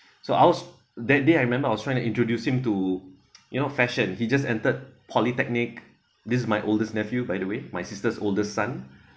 so I was that day I remember I was trying to introduce him to you know fashion he just entered polytechnic this is my oldest nephew by the way my sister's older son